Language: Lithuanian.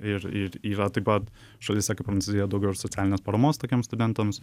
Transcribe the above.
ir ir yra taip pat šalyse kaip prancūzija daugiau ir socialinės paramos tokiem studentams